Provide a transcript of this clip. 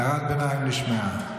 הערת הביניים נשמעה.